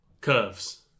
Curves